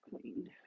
cleaned